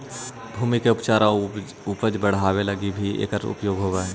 भूमि के उपचार आउ उपज बढ़ावे लगी भी एकर उपयोग होवऽ हई